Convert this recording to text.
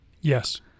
Yes